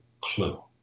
clue